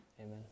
Amen